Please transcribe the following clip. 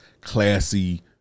classy